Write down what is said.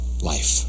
life